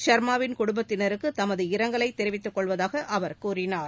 ஷர்மாவின் குடும்பத்தினருக்குத் தமது இரங்கலைதெரிவித்துக்கொள்வதாகஅவர் கூறினார்